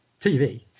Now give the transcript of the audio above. TV